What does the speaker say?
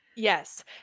Yes